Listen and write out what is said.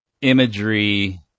imagery